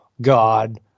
God